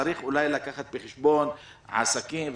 צריך לקחת בחשבון עסקים,